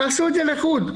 תעשו את זה לחוד.